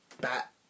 bat